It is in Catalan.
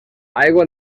aigua